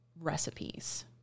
recipes